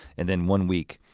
and then one week,